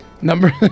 number